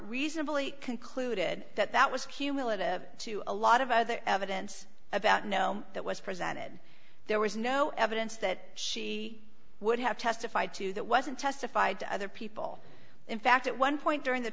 reasonably concluded that that was cumulative to a lot of other evidence about no that was presented there was no evidence that she would have testified to that wasn't testified to other people in fact at one point during the